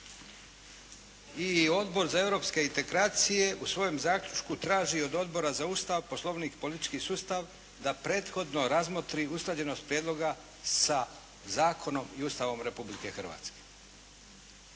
I Odbor za europske integracije u svojem zaključku traži od Odbora za Ustav, Poslovnik i politički sustav da prethodno razmotri usklađenost prijedloga sa zakonom i Ustavom Republike Hrvatske.